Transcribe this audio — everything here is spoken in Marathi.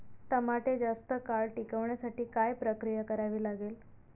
टमाटे जास्त काळ टिकवण्यासाठी काय प्रक्रिया करावी लागेल?